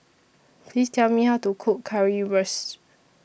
Please Tell Me How to Cook Currywurst